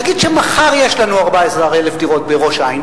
נגיד שמחר יש לנו 14,000 דירות בראש-העין,